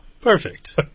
Perfect